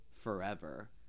forever